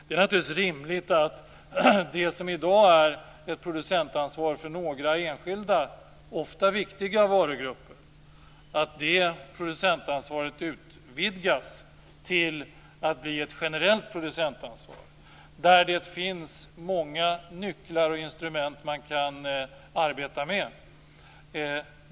Det är naturligtvis rimligt att det som i dag är ett producentansvar för några enskilda, ofta viktiga, varugrupper utvidgas till att bli ett generellt producentansvar där det finns många nycklar och instrument att arbeta med.